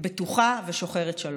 בטוחה ושוחרת שלום.